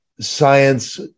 science